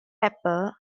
pepper